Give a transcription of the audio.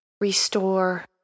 Restore